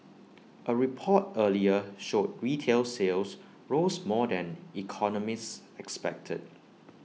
A report earlier showed retail sales rose more than economists expected